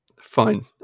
Fine